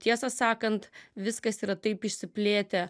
tiesą sakant viskas yra taip išsiplėtę